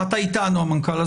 אתה איתנו, המנכ"ל?